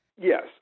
Yes